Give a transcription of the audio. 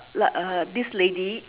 like uh this lady uh